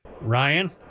Ryan